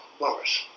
Morris